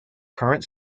current